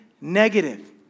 negative